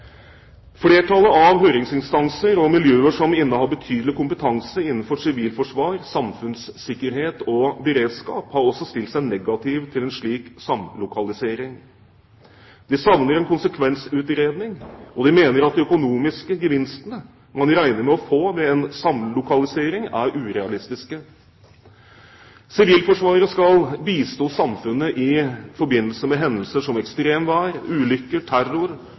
Flertallet av høringsinstanser og miljøer som innehar betydelig kompetanse innenfor sivilforsvar, samfunnssikkerhet og beredskap, har også stilt seg negative til en slik samlokalisering. De savner en konsekvensutredning, og de mener at de økonomiske gevinstene man regner med å få ved en samlokalisering, er urealistiske. Sivilforsvaret skal bistå samfunnet i forbindelse med hendelser som ekstremvær, ulykker, terror